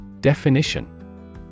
Definition